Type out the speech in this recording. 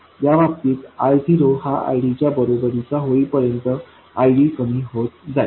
या बाबतीत I0 हा ID च्या बरोबरीचा होईपर्यंत ID कमी होत जाईल